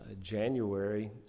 January